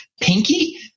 pinky